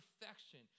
perfection